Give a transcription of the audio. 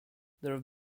there